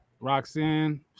Roxanne